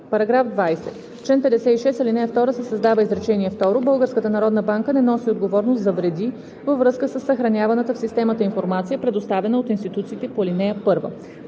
§ 20. В чл. 56, ал. 2 се създава изречение второ: „Българската народна банка не носи отговорност за вреди във връзка със съхраняваната в системата информация, предоставяна от институциите по ал. 1.“